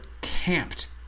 camped